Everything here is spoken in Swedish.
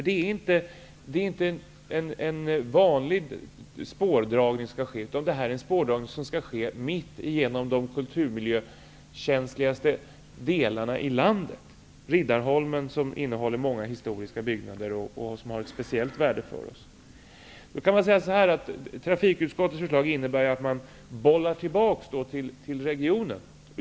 Det är inte en vanlig spårdragning som skall ske, utan det här är en spårdragning som skall ske mitt igenom de kulturmiljökänsligaste delarna i landet. På Riddarholmen finns det många historiska byggnader som har ett speciellt värde för oss. Trafikutskottets förslag innebär att man bollar tillbaka frågan till regionen.